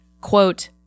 quote